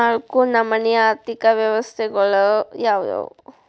ನಾಲ್ಕು ನಮನಿ ಆರ್ಥಿಕ ವ್ಯವಸ್ಥೆಗಳು ಯಾವ್ಯಾವು?